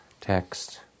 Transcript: text